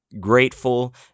grateful